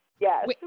Yes